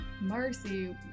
Marcy